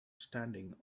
standing